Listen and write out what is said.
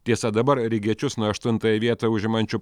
tiesa dabar rygiečius nuo aštuntąją vietą užimančių